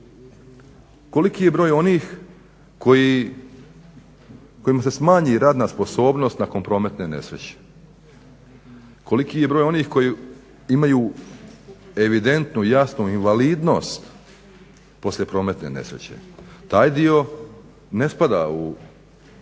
Koliki je broj onih kojim se smatra radna sposobnost nakon prometne nesreće? Koliki je broj onih koji imaju evidentnu jasnu invalidnost poslije prometne nesreće? Taj dio ne spada u